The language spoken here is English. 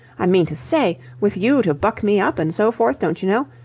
i mean to say, with you to buck me up and so forth, don't you know.